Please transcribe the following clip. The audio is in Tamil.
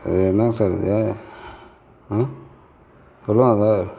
இது என்ன சார் இது சொல்லுங்கள் சார்